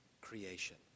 creation